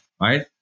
right